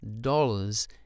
dollars